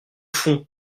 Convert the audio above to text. fond